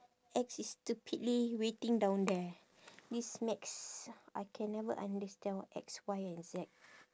X is stupidly waiting down there this maths I can never understand what X Y and Z